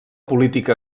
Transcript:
política